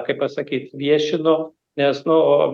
kaip pasakyt viešinu nes nu